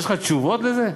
יש לך תשובות על זה?